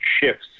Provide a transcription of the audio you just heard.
shifts